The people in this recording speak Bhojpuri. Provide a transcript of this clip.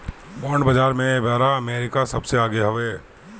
बांड बाजार में एबेरा अमेरिका सबसे आगे हवे